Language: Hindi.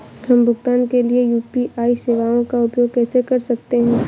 हम भुगतान के लिए यू.पी.आई सेवाओं का उपयोग कैसे कर सकते हैं?